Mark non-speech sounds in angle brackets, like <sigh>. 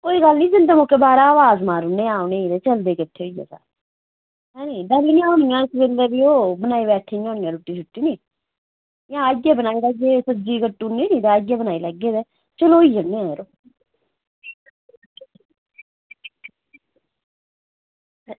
कोई गल्ल निं जंदे मौके बाह्रा अवाज़ मारी ओड़ने आं उ'नेंगी ते जंदे किट्ठे <unintelligible> हैनी बेह्ली होनियां इस बेल्लै बी ओह् बनाई बैठी दी होनियां रुट्टी छुट्टी नी जां आइयै बनाई लैगे सब्ज़ी कट्टी ओड़नी नी ते आइयै बनाई लैगे ते चलो होई आन्ने आं यरो